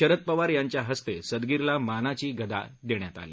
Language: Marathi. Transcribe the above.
शरद पवार यांच्या हस्ते सदगिरला मनाची गदा देण्यात आली